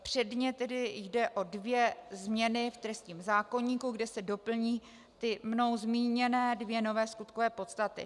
Předně tedy jde o dvě změny v trestním zákoníku, kde se doplní ty mnou zmíněné dvě nové skutkové podstaty.